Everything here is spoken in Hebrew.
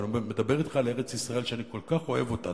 אני מדבר אתך על ארץ-ישראל שאני כל כך אוהב אותה,